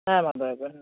ᱦᱮ ᱢᱟ ᱫᱚᱦᱚᱭᱵᱮᱱ